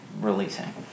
releasing